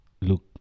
look